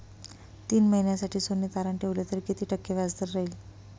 तीन महिन्यासाठी सोने तारण ठेवले तर किती टक्के व्याजदर राहिल?